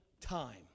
time